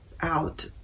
out